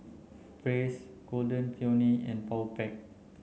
Praise Golden Peony and Powerpac